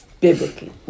biblically